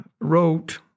wrote